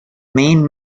main